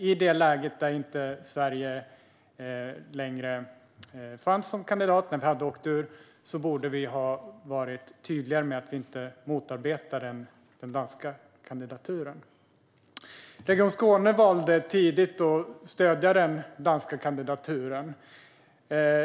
I det läge då Sverige inte längre fanns som kandidat, när vi hade åkt ur, borde vi ha varit tydligare med att vi inte motarbetade den danska kandidaturen. Region Skåne valde tidigt att stödja den danska kandidaturen.